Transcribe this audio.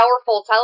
powerful